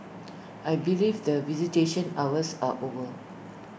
I believe that visitation hours are over